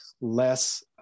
less